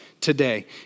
today